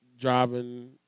driving